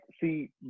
see